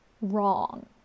...wrong